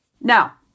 Now